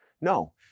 No